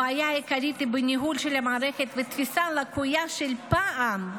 הבעיה העיקרית היא בניהול של המערכת ובתפיסה לקויה של פעם.